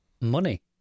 Money